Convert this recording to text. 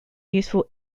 useful